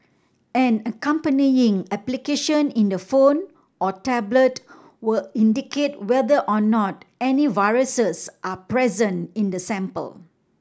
an accompanying application in the phone or tablet will indicate whether or not any viruses are present in the sample